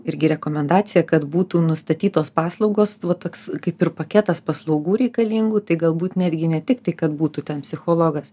irgi rekomendaciją kad būtų nustatytos paslaugos va toks kaip ir paketas paslaugų reikalingų tai galbūt netgi ne tiktai kad būtų ten psichologas